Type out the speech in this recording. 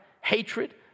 hatred